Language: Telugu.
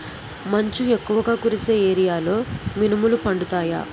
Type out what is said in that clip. మంచు ఎక్కువుగా కురిసే ఏరియాలో మినుములు పండుతాయా?